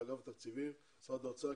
מאגף התקציבים במשרד האוצר,